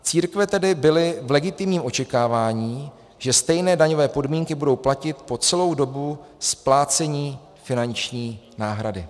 Církve tedy byly v legitimním očekávání, že stejné daňové podmínky budou platit po celou dobu splácení finanční náhrady.